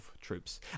troops